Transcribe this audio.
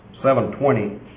7.20